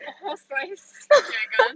the horse size dragon